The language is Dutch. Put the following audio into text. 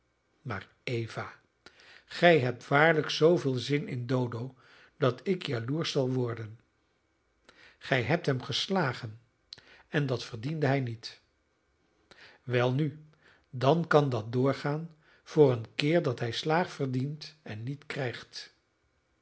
maar eva gij hebt waarlijk zooveel zin in dodo dat ik jaloersch zal worden gij hebt hem geslagen en dat verdiende hij niet welnu dan kan dat doorgaan voor een keer dat hij slaag verdient en niet krijgt